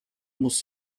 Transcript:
muss